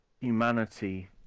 humanity